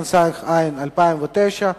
התש"ע-2009.